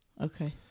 Okay